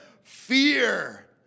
fear